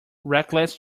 reckless